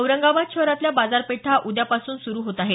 औरंगाबाद शहरातल्या बाजारपेठा उद्यापासून सुरु होत आहेत